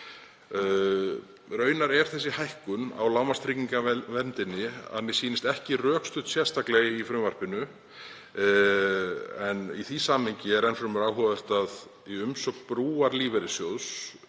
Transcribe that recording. Raunar er þessi hækkun á lágmarkstryggingaverndinni að mér sýnist ekki rökstudd sérstaklega í frumvarpinu, en í því samhengi er enn fremur áhugavert að í umsögn Brúar lífeyrissjóðs